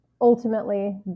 ultimately